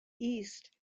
east